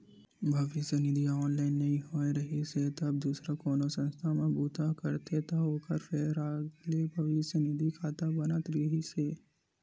भविस्य निधि ह ऑनलाइन नइ होए रिहिस हे तब दूसर कोनो संस्था म बूता धरथे त ओखर फेर अलगे भविस्य निधि खाता बनत रिहिस हे